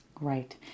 Right